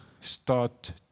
start